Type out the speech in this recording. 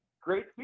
great